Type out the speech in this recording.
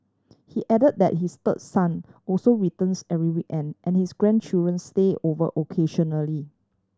he added that his third son also returns every weekend and his grandchildren stay over occasionally